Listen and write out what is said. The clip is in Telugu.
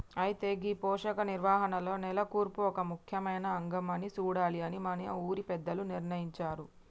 అయితే గీ పోషక నిర్వహణలో నేల కూర్పు ఒక ముఖ్యమైన అంగం అని సూడాలి అని మన ఊరి పెద్దలు నిర్ణయించారు